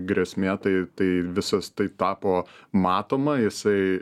grėsmė tai tai visas tai tapo matoma jisai